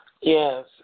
Yes